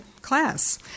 class